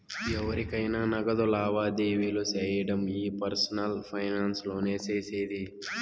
ఎవురికైనా నగదు లావాదేవీలు సేయడం ఈ పర్సనల్ ఫైనాన్స్ లోనే సేసేది